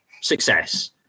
success